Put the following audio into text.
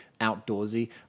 outdoorsy